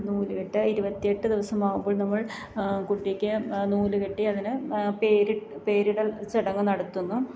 നൂലുകെട്ട് ഇരുപത്തിയെട്ട് ദിവസമാകുമ്പോള് നമ്മള് കുട്ടിക്ക് നൂല് കെട്ടി അതിന് പേരിട്ട് പേരിടല് ചടങ്ങ് നടത്തുന്നു